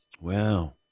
Wow